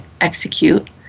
execute